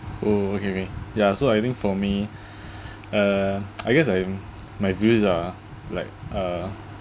oh okay okay ya so I think for me uh I guess I'm my views are like uh